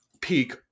peak